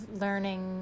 learning